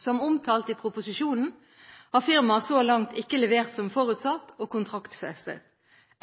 Som omtalt i proposisjonen, har firmaet så langt ikke levert som forutsatt og kontraktsfestet.